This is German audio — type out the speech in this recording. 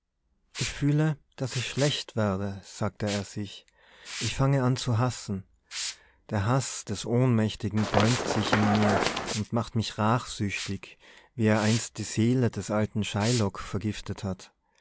ich fühle daß ich schlecht werde sagte er sich ich fange an zu hassen der haß des ohnmächtigen bäumt sich in mir und macht mich rachsüchtig wie er einst die seele des alten shylock vergiftet hat